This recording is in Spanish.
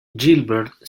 gilbert